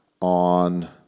on